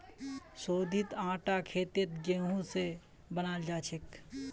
शोधित आटा खेतत गेहूं स बनाल जाछेक